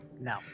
No